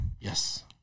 Yes